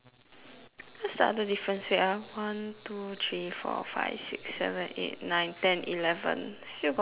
what is the other different wait ah one two three four five six seven eight nine ten eleven still got one more